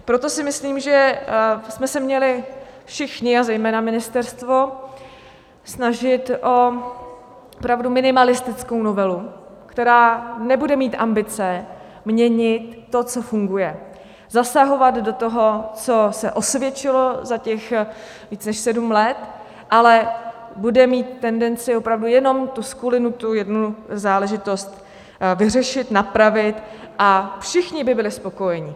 Proto si myslím, že bychom se měli všichni, a zejména ministerstvo, snažit o opravdu minimalistickou novelu, která nebude mít ambice měnit to, co funguje, zasahovat do toho, co se osvědčilo za těch více než sedm let, ale bude mít tendenci opravdu jenom tu skulinu, tu jednu záležitost vyřešit, napravit, a všichni by byli spokojeni.